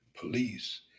police